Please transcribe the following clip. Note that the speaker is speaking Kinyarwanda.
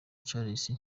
charles